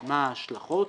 מה ההשלכות,